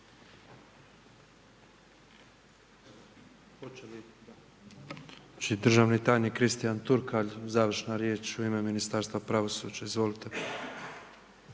hvala.